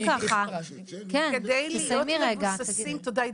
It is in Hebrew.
תודה עידית,